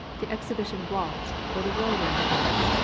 the exhibition waltz or the whirlwind dance.